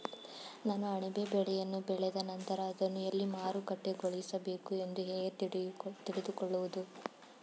ನಾನು ಅಣಬೆ ಬೆಳೆಯನ್ನು ಬೆಳೆದ ನಂತರ ಅದನ್ನು ಎಲ್ಲಿ ಮಾರುಕಟ್ಟೆಗೊಳಿಸಬೇಕು ಎಂದು ಹೇಗೆ ತಿಳಿದುಕೊಳ್ಳುವುದು?